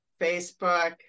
Facebook